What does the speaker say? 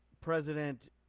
president